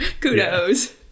Kudos